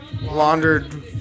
laundered